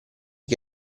che